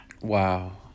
wow